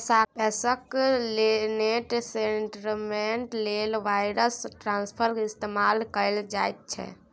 पैसाक net settlement लेल wire ट्रांस्फरक इस्तेमाल कएल जाइत छै